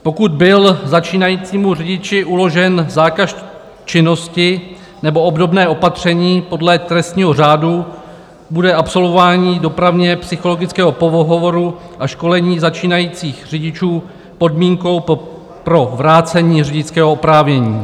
Pokud byl začínajícímu řidiči uložen zákaz činnosti nebo obdobné opatření podle trestního řádu, bude absolvování dopravně psychologického pohovoru a školení začínajících řidičů podmínkou pro vrácení řidičského oprávnění.